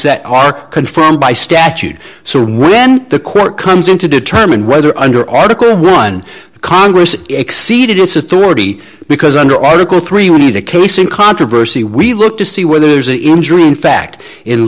that are confirmed by statute so when the court comes in to determine whether under article one the congress exceeded its authority because under article three we need a case in controversy we look to see whether there's an injury in fact in